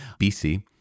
BC